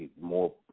more